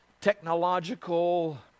technological